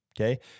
okay